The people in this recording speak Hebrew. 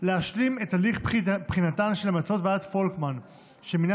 להשלים את הליך בחינתן של המלצות ועדת פולקמן שמינה